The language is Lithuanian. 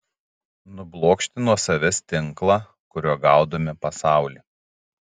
nublokšti nuo savęs tinklą kuriuo gaudome pasaulį